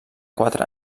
quatre